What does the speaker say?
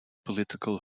political